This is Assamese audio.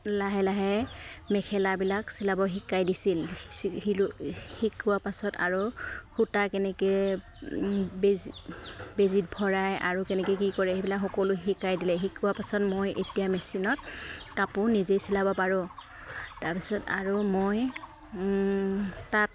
লাহে লাহে মেখেলাবিলাক চিলাব শিকাই দিছিল শিকোৱা পাছত আৰু সূতা কেনেকৈ বেজী বেজীত ভৰাই আৰু কেনেকৈ কি কৰে সেইবিলাক সকলো শিকাই দিলে শিকোৱা পাছত মই এতিয়া মেচিনত কাপোৰ নিজেই চিলাব পাৰোঁ তাৰ পিছত আৰু মই তাত